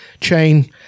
chain